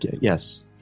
Yes